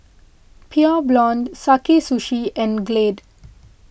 Pure Blonde Sakae Sushi and Glade